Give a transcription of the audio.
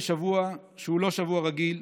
בשבוע שהוא לא שבוע רגיל.